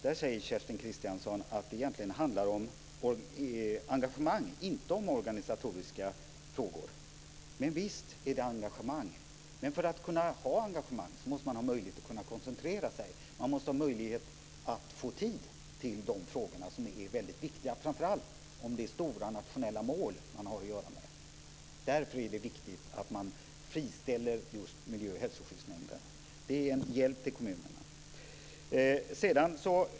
Där säger Kerstin Kristiansson Karlstedt att det egentligen handlar om engagemang, inte om organisatoriska frågor. Visst handlar det om engagemang, men för att kunna ha engagemang måste man ha möjlighet att koncentrera sig. Man måste ha möjlighet att få tid till de frågorna, som är väldigt viktiga - framför allt om det är stora nationella mål man har att göra med. Därför är det viktigt att man just friställer miljö och hälsoskyddsnämnden. Det är en hjälp till kommunerna.